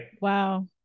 Wow